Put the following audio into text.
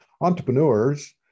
entrepreneurs